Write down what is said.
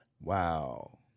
Wow